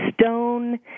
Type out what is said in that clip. stone